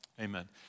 Amen